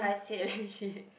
I serial hit